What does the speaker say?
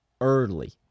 early